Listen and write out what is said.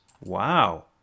Wow